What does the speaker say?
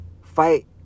fight